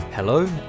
Hello